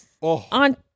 on